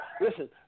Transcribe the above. Listen